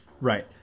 Right